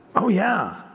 oh, yeah!